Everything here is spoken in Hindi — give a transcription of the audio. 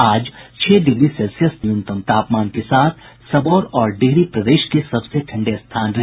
आज छह डिग्री सेल्सियस न्यूनतम तापमान के साथ सबौर और डिहरी प्रदेश के सबसे ठंडे स्थान रहे